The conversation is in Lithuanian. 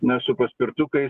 na su paspirtukais